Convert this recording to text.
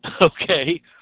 Okay